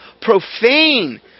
profane